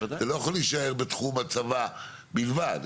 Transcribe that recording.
זה לא יכול להישאר בתחום הצבא בלבד,